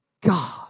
God